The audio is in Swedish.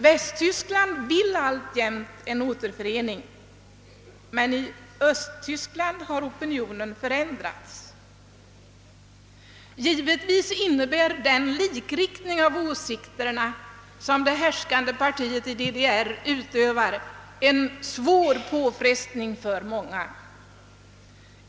Västtyskland önskar alltjämt en återförening, men i Östtyskland har opinionen förändrats. Givetvis innebär den likriktning av åsikterna som det härskande partiet i DDR utövar en svår på frestning för många.